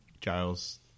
Giles